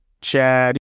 Chad